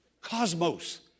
cosmos